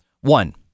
One